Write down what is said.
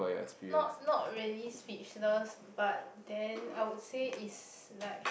not not really speechless but then I would say is like